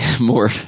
more